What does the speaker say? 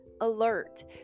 alert